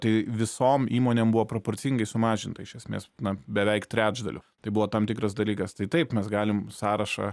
tai visom įmonėm buvo proporcingai sumažinta iš esmės na beveik trečdaliu tai buvo tam tikras dalykas tai taip mes galim sąrašą